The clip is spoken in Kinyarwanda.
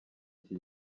iki